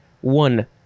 One